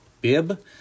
bib